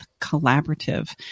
Collaborative